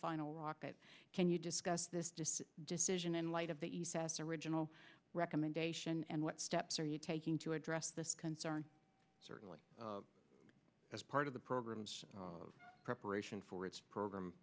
final rocket can you discuss this decision in light of the original recommendation and what steps are you taking to address this concern certainly as part of the program's preparation for its program